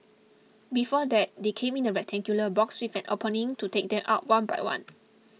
before that they came in a rectangular box with an opening to take them out one by one